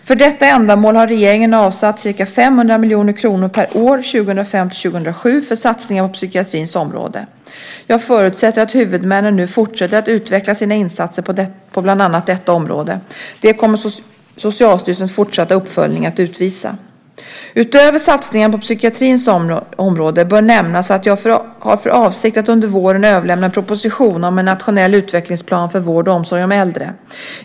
För detta ändamål har regeringen avsatt ca 500 miljoner kronor per år 2005-2007 för satsningar på psykiatrins område. Jag förutsätter att huvudmännen nu fortsätter att utveckla sina insatser på bland annat detta område. Det kommer Socialstyrelsens fortsatta uppföljning att utvisa. Utöver satsningarna på psykiatrins område bör nämnas att jag har för avsikt att under våren överlämna en proposition om en nationell utvecklingsplan för vård och omsorg om äldre.